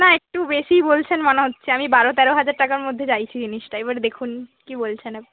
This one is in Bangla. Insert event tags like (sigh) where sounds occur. না একটু বেশিই বলছেন মনে হচ্ছে আমি বারো তেরো হাজার টাকার মধ্যে চাইছি জিনিসটা এবার দেখুন কী বলছেন (unintelligible)